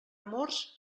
amors